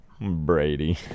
Brady